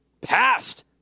passed